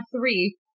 three